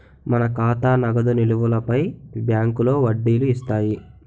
మన ఖాతా నగదు నిలువులపై బ్యాంకులో వడ్డీలు ఇస్తాయి